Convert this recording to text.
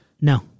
no